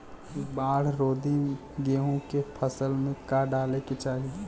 बाढ़ रोधी गेहूँ के फसल में का डाले के चाही?